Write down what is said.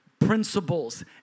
principles